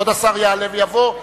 כבוד השר יעלה ויבוא.